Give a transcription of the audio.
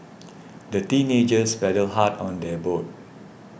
the teenagers paddled hard on their boat